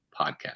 podcast